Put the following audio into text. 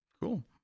Cool